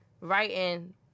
writing